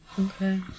Okay